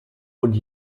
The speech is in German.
und